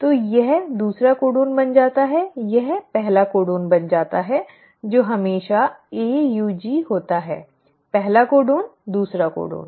तो यह दूसरा कोडन बन जाता है यह पहला कोडन बन जाता है जो हमेशा AUG होता है पहला कोडन दूसरा कोडन